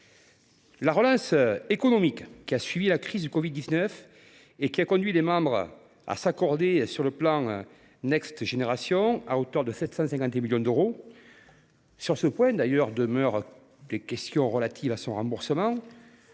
la relance économique qui a suivi la crise de la covid 19 a conduit les membres à s’accorder sur le plan Next Generation EU à hauteur de 750 milliards d’euros. Sur ce point, d’ailleurs, il demeure des questions relatives à son remboursement